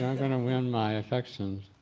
going to win my affection.